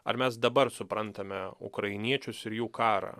ar mes dabar suprantame ukrainiečius ir jų karą